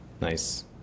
Nice